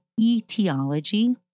etiology